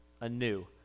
anew